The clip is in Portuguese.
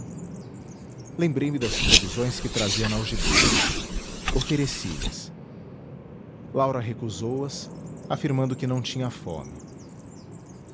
lembrei-me das provisões que trazia na algibeira ofereci lhas laura recusou as afirmando que não tinha fome